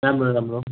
राम्रो राम्रो